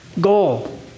goal